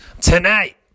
tonight